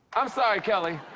i'm sorry, kelly.